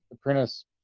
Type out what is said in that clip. Apprentice